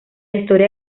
historia